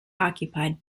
occupied